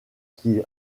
qui